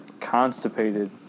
constipated